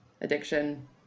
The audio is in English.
addiction